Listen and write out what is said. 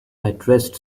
addressed